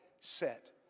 set